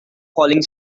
falling